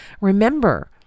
remember